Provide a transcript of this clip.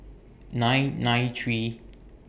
nine nine three